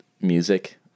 music